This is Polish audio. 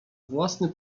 własny